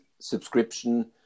subscription